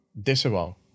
disavow